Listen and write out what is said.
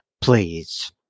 please